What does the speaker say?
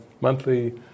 monthly